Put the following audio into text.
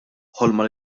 ħolma